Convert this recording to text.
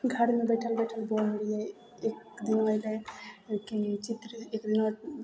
घरमे बैठल बैठल बोर होइ रहियै एक दिना अयलय कि चित्र एक दिना